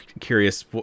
curious